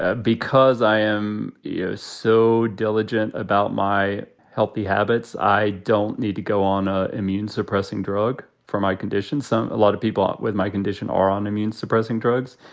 ah because i am you know so diligent about my healthy habits. i don't need to go on ah immune suppressing drug for my condition. some. a lot of people with my condition are on immune suppressing drugs.